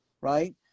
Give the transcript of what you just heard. right